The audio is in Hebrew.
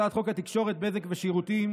הצעת חוק התקשורת (בזק ושידורים)